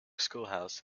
schoolhouse